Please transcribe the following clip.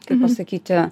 kaip pasakyti